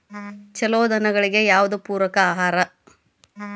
ಛಲೋ ದನಗಳಿಗೆ ಯಾವ್ದು ಪೂರಕ ಆಹಾರ?